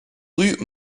rue